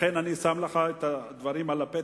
לכן אני שם לך את הדברים בפתח,